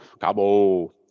Cabo